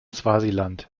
swasiland